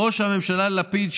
ראש הממשלה לפיד,